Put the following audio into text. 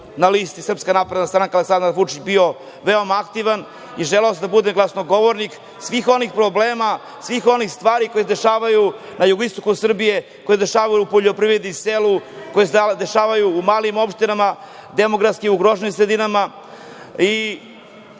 na listi SNS – Aleksandar Vučić bio veoma aktivan i želeo sam da budem glasnogovornik svih onih problema, svih onih stvari koje se dešavaju na jugoistoku Srbije, koje se dešavaju u poljoprivredi, na selu, koje se dešavaju u malim opštinama, demografski ugroženim sredinama